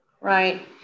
Right